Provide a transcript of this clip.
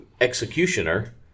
executioner